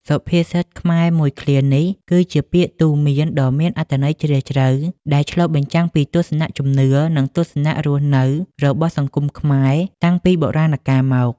សុភាសិតខ្មែរមួយឃ្លានេះ គឺជាពាក្យទូន្មានដ៏មានអត្ថន័យជ្រាលជ្រៅ ដែលឆ្លុះបញ្ចាំងពីទស្សនៈជំនឿ និងទស្សនៈរស់នៅរបស់សង្គមខ្មែរតាំងពីបុរាណកាលមក។